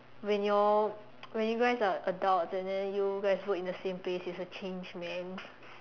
when your when you guys are adults and then you guys work in the same place and he's a changed man